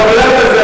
הבבל"ת הזה,